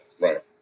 Right